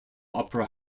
opera